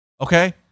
okay